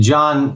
John